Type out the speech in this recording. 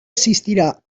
assistirà